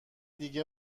دیگه